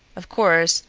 of course,